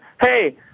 hey